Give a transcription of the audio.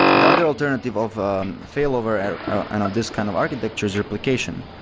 the other alternative of failover and of this kind of architecture is replication,